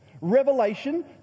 Revelation